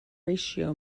ratio